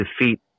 defeat